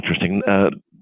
interesting